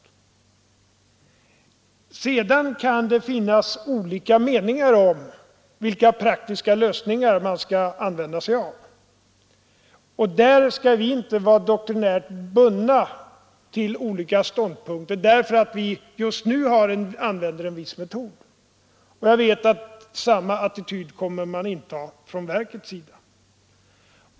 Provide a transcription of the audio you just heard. Sedan kan det finnas olika meningar om vilka praktiska lösningar man skall använda sig av, och därvidlag skall vi inte vara doktrinärt bundna vid olika ståndpunkter därför att vi just nu använder en viss metod. Jag vet att man kommer att inta samma attityd från verkets sida.